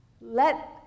Let